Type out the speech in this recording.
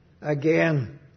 again